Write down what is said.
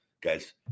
guys